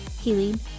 healing